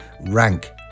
rank